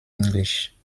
englisch